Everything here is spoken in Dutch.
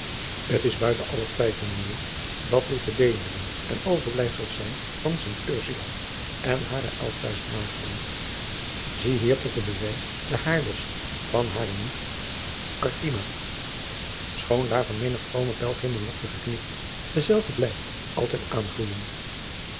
t s buiten allen twijfel mijn eer dat dit de beenderen en overblijffels zijn van t rsula en hare elfduizend maagden ie hier tot een bewijs den haarbos van hare nicht rthima choon daarvan menig vrome pelgrim een lokje knipt dezelve blijft altijd aangroeijen